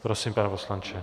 Prosím, pane poslanče.